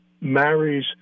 marries